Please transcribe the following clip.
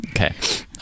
okay